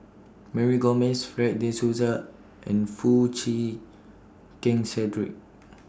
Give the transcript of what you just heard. Mary Gomes Fred De Souza and Foo Chee Keng Cedric